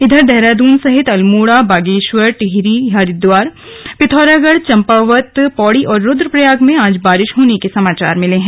इधर देहरादून सहित अल्मोड़ा बागेश्वर टिहरी हरिद्वार पिथौरागढ़ चम्पावत पौड़ी और रूद्रप्रयाग में आज बारिश होने के समाचार हैं